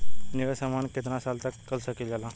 निवेश हमहन के कितना साल तक के सकीलाजा?